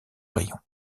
rayon